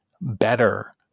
better